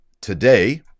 today